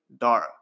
Dara